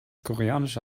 koreanische